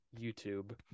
YouTube